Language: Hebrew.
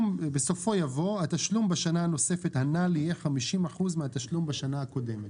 בסופו יבוא: "התשלום בשנה נוספת עלה ל-50 אחוזים מהתשלום בשנה הקודמת".